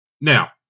Now